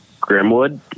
Grimwood